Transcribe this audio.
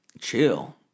chill